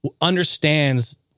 understands